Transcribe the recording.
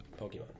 Pokemon